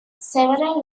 several